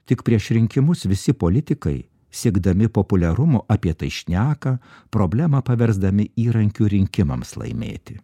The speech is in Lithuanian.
tik prieš rinkimus visi politikai siekdami populiarumo apie tai šneka problemą paversdami įrankiu rinkimams laimėti